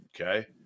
okay